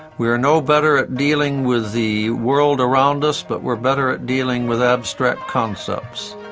we are no better at dealing with the world around us but we're better at dealing with abstract concepts.